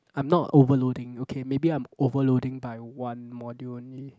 I'm not overloading okay maybe I'm overloading by one module only